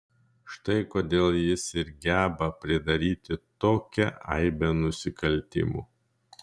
štai kodėl jis ir geba pridaryti tokią aibę nusikaltimų